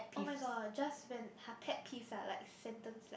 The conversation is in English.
oh-my-god just when !huh! pet peeves ah like sentence like